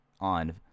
on